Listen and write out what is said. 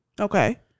Okay